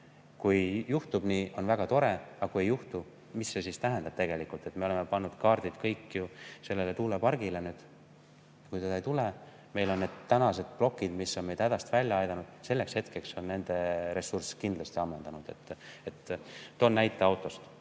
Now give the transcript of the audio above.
Kui juhtub nii, on väga tore, aga kui ei juhtu, mis see siis tähendab tegelikult? Me oleme pannud ju kõik kaardid sellele tuulepargile. Aga kui seda ei tule? Meil on praegused plokid, mis on meid hädast välja aidanud, kuid selleks hetkeks on nende ressurss kindlasti ammendunud. Toon näite autost.